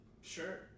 Sure